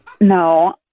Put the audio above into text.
No